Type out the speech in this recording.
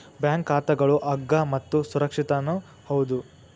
bank ಖಾತಾಗಳು ಅಗ್ಗ ಮತ್ತು ಸುರಕ್ಷಿತನೂ ಹೌದು